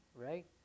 right